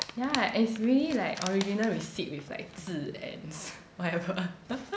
ya is really like original receipt with like 自 ends whatever